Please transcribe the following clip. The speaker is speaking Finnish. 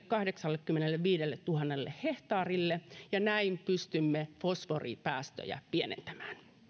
kahdeksallekymmenelleviidelletuhannelle hehtaarille ja näin pystymme fosforipäästöjä pienentämään